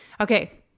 Okay